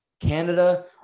Canada